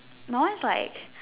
my one is like